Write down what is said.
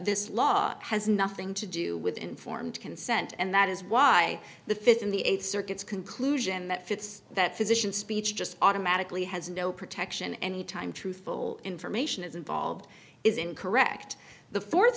this law has nothing to do with informed consent and that is why the fifth in the eighth circuits conclusion that fits that physician speech just automatically has no protection any time truthful information is involved is incorrect the fourth